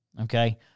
Okay